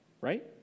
right